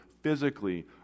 physically